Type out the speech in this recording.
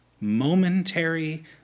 momentary